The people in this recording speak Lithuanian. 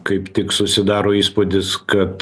kaip tik susidaro įspūdis kad